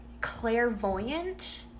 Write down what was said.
clairvoyant